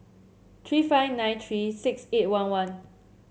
three five nine three six eight one one